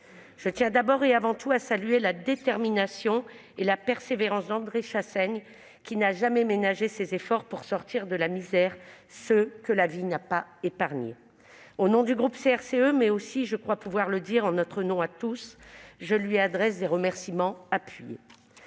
Je tiens d'abord et avant tout à saluer la détermination et la persévérance d'André Chassaigne, qui n'a jamais ménagé ses efforts pour sortir de la misère ceux que la vie n'a pas épargnés. Au nom du groupe CRCE, mais aussi- je crois pouvoir le dire -en notre nom à tous, je lui adresse des remerciements appuyés.